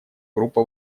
группа